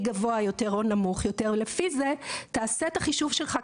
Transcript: גבוה או נמוך יותר ולפי זה תעשה את החישוב שלך,